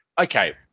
okay